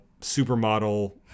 supermodel